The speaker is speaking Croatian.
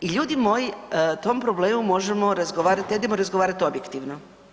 I ljudi moji o tom problemu možemo razgovarat, ajdemo razgovarat objektivno.